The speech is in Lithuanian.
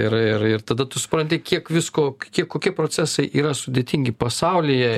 ir ir ir tada tu supranti kiek visko kiek kokie procesai yra sudėtingi pasaulyje